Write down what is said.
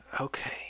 okay